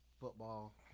football